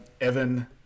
Evan